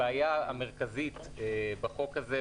הבעיה המרכזית בחוק הזה,